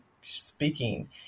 speaking